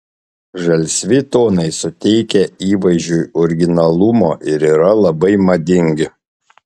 žalsvi tonai suteikia įvaizdžiui originalumo ir yra labai madingi